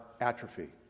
atrophy